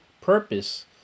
Purpose